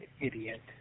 idiot